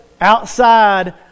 outside